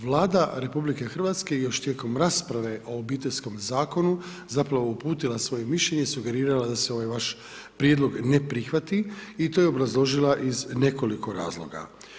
Vlada RH još tijekom rasprave o Obiteljskom zakonu zapravo je uputila svoje mišljenje, sugerirala da se ovaj vaš prijedlog ne prihvati i to je obrazložila iz nekoliko razloga.